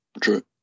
True